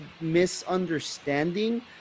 misunderstanding